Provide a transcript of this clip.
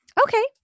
Okay